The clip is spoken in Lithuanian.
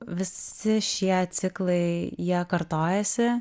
visi šie ciklai jie kartojasi